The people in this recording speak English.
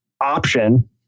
option